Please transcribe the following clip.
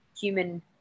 human